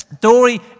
Dory